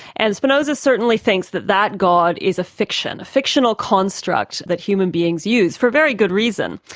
and spinoza certainly thinks that that god is a fiction, a fictional construct that human beings use, for very good reason.